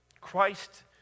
Christ